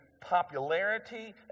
popularity